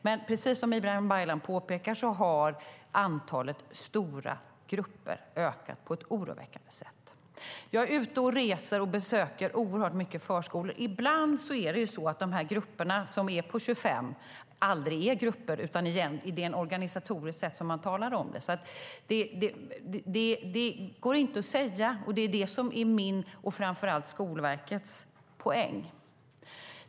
Men precis som Ibrahim Baylan påpekar har antalet stora grupper ökat på ett oroväckande sätt. Jag är ute och reser och besöker oerhört många förskolor. Ibland är de här grupperna, som är på 25, inte grupper, utan det är ett organisatoriskt sätt att tala om det. Detta går inte att säga. Det är det som är min och framför allt Skolverkets poäng.